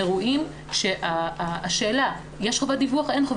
אירועים שהשאלה אם יש חובת דיווח או לא,